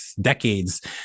decades